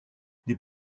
des